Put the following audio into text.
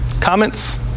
Comments